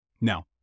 Now